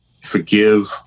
forgive